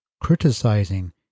criticizing